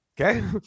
Okay